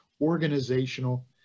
organizational